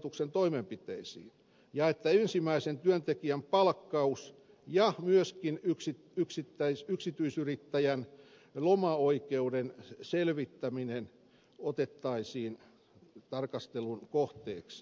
ryhtyä toimenpiteisiin ja että ensimmäisen työntekijän palkkaus ja myöskin yksityisyrittäjän lomaoikeuden selvittäminen otettaisiin tarkastelun kohteeksi